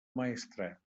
maestrat